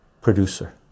producer